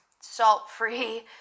salt-free